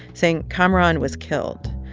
saying kamaran was killed.